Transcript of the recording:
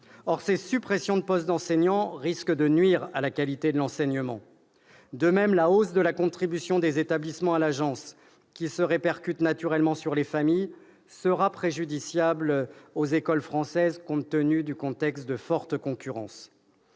Or ces suppressions de postes d'enseignants risquent de nuire à la qualité de l'enseignement. De même, la hausse de la contribution des établissements, qui se répercute naturellement sur les familles, sera préjudiciable aux écoles françaises compte tenu du contexte de forte concurrence.